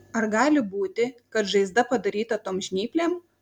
ar gali būti kad žaizda padaryta tom žnyplėm